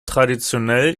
traditionell